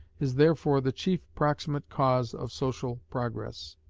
is therefore the chief proximate cause of social progress.